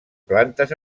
plantes